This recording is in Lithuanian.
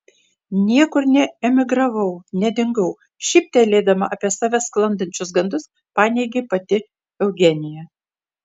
niekur neemigravau nedingau šyptelėdama apie save sklandančius gandus paneigė pati eugenija